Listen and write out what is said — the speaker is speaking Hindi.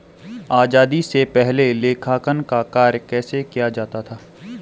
आजादी से पहले लेखांकन का कार्य कैसे किया जाता था?